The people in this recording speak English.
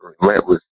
relentless